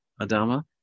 Adama